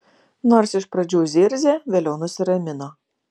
nors iš pradžių zirzė vėliau nusiramino